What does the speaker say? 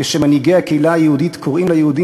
כשמנהיגי הקהילה היהודית קוראים ליהודים